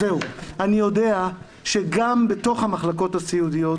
אני יודע שגם בתוך המחלקות הסיעודיות